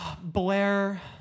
Blair